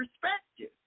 perspective